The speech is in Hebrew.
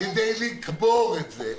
כדי לקבור את זה,